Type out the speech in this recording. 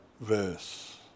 verse